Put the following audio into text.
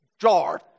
jar